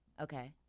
okay